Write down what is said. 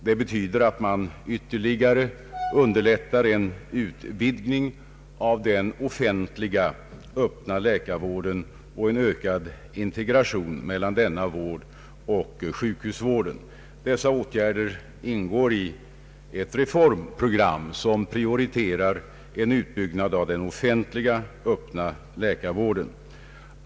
Det betyder att man ytterligare underlättar en utvidgning av den offentliga öppna läkarvården och en ökad integration mellan denna vård och sjukhusvården. Dessa åtgärder ingår i ett reformprogram, som Pprioriterar en utbyggnad av den offentliga öppna läkarvården.